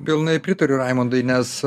pilnai pritariu raimundai nes